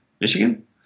Michigan